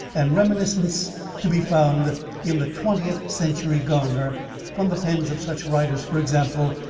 and reminiscence to be found in the twentieth century garner from the pens of such writers, for example,